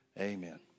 amen